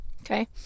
okay